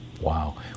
Wow